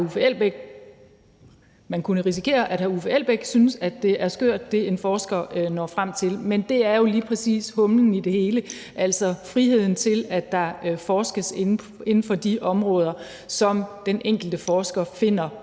gange kunne man risikere, at hr. Uffe Elbæk synes, at det er skørt, hvad en forsker når frem til. Men det er jo lige præcis humlen i det hele, altså friheden til, at der forskes inden for de områder, som den enkelte forsker finder